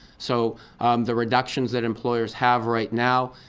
so the reductions that employers have right now.